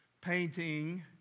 painting